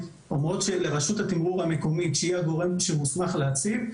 אומרות שרשות התמרור המקומית היא הגורם המוסמך להציב,